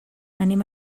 anem